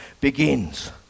begins